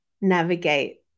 navigate